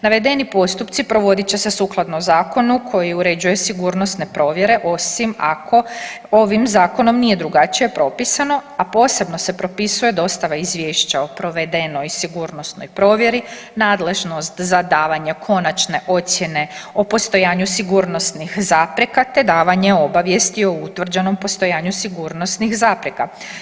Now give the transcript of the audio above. Navedeni postupci provodit će se sukladno zakonu koji uređuje sigurnosne provjere osim ako ovim zakonom nije drugačije propisano, a posebno se propisuje dostava izvješća o provedenoj sigurnosnoj provjeri, nadležnost za davanje konačne ocjene o postojanju sigurnosnih zapreka te davanje obavijesti o utvrđenom postojanju sigurnosnih zapreka.